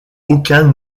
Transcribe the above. aucun